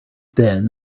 then